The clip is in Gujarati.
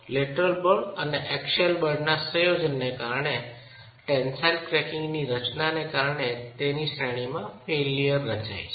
લેટરલ બળ અને એક્સિયલ બળના સંયોજનને કારણે ટેન્સાઈલ ક્રેકીંગની રચનાને કારણે તે શ્રેણીમાં ફેઇલ્યર રચાય છે